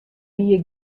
wie